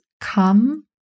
come